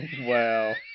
Wow